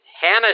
Hannah